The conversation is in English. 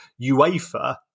UEFA